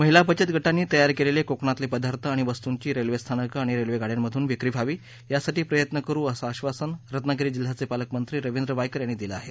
महिला बचत गटांनी तयार केलेले कोकणातले पदार्थ आणि वस्तंची रेल्वेस्थानक आणि रेल्वेगाड्यांमधून विक्री व्हावी यासाठी प्रयत्न करू असं आश्वासन रत्नागिरी जिल्ह्याचे पालकमंत्री रवींद्र वायकर यांनी दिलं आहे